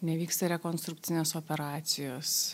nevyksta rekonstrukcinės operacijos